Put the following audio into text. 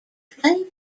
flavors